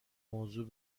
موضوع